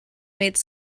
made